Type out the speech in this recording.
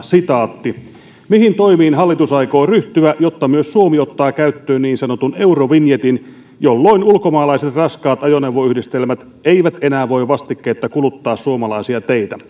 mihin toimiin hallitus aikoo ryhtyä jotta myös suomi ottaa käyttöön niin sanotun eurovinjetin jolloin ulkomaalaiset raskaat ajoneuvoyhdistelmät eivät enää voi vastikkeetta kuluttaa suomalaisia teitä